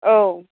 औ